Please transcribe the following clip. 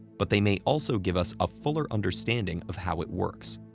but they may also give us a fuller understanding of how it works,